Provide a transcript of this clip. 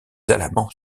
alamans